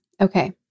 Okay